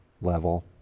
level